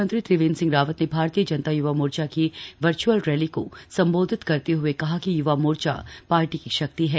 मुख्यमंत्री त्रिवेंद्र सिंह रावत ने भारतीय जनता युवा मोर्चा की वर्चअल रैली को सम्बोधित करते हए कहा कि य्वा मोर्चा पार्टी की शक्ति है